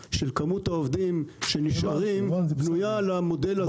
שבוצעה של מספר העובדים שנשארים בנויה על המודל הזה,